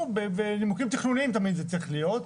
ונימוקים תכנוניים תמיד זה צריך להיות.